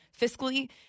fiscally